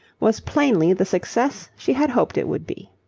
was plainly the success she had hoped it would be.